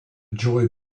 joy